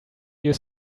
you